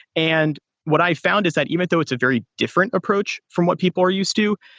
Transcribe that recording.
and what i found is that even though it's a very different approach from what people are used to,